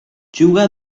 juga